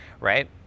right